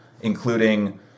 including